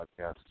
podcast